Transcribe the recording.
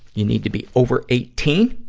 you need to be over eighteen.